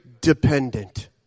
dependent